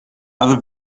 other